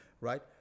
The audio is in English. right